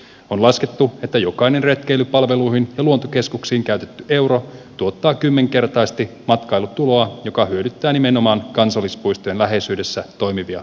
on laskettu että jokainen retkeilypalveluihin ja luontokeskuksiin käytetty euro tuottaa kymmenkertaisesti matkailutuloa joka hyödyttää nimenomaan kansallispuistojen läheisyydessä toimivia yrittäjiä